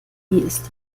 ist